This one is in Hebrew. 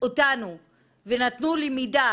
אותנו ונתנו לי מידע